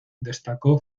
destacó